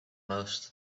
most